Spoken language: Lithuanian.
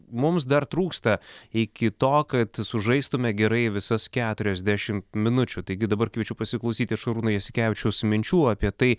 mums dar trūksta iki to kad sužaistume gerai visas keturiasdešimt minučių taigi dabar kviečiu pasiklausyti šarūno jasikevičiaus minčių apie tai